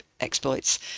exploits